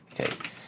Okay